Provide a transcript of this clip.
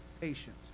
patient